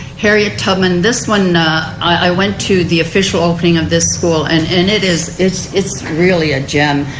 harriet tubman. this one i went to the official opening of this school. and and it is it is really a gem.